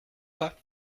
fois